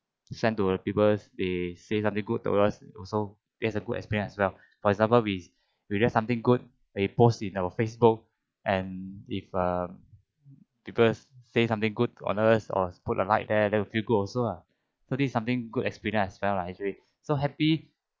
send to other peoples they say something good to us also that is a good experience as well for example we we write something good we post in our Facebook and if uh people say something good on us or put a like and a few good also ah so this is something good experience as well lah actually so happy